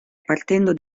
partendo